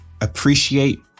appreciate